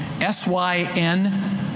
S-Y-N